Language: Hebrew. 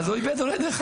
אז הוא איבד הורה אחד.